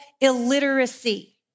illiteracy